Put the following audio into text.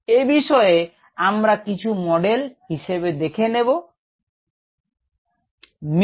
এ বিষয়ে আমরা কিছু মডেল হিসেবে দেখে নেব যার কিছু